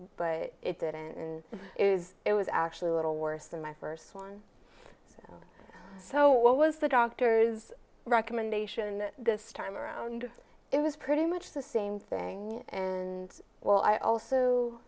but it didn't and is it was actually a little worse than my first one so what was the doctor's recommendation and this time around it was pretty much the same thing and well i also